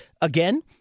again